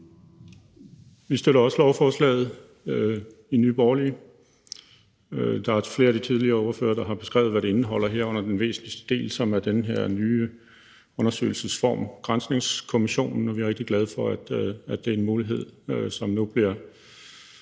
Vi støtter også lovforslaget i Nye Borgerlige. Der er flere af de tidligere ordførere, der har beskrevet, hvad det indeholder, herunder den væsentligste del, som er den her nye undersøgelsesform, granskningskommissionen, og vi er rigtig glade for, at det er en mulighed, som nu bliver